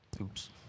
Oops